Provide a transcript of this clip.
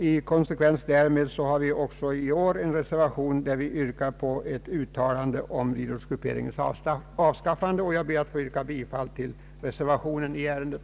I konsekvens därmed har vi också i år avgett en reservation, där vi yrkar på ett uttalande om dyrortsgrupperingens avskaffande. Jag ber att få yrka bifall till reservationen i ärendet.